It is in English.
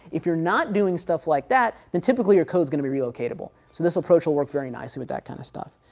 if you're not doing stuff like that then typically your codes going to be relocatable. so this approach will work very nicely with that kind of stuff.